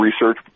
research